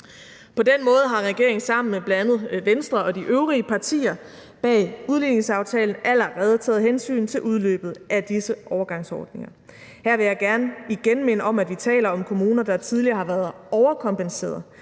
På den måde har regeringen sammen med bl.a. Venstre og de øvrige partier bag udligningsaftalen allerede taget hensyn til udløbet af disse overgangsordninger. Her vil jeg gerne igen minde om, at vi taler om kommuner, der tidligere har været overkompenseret